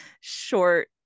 short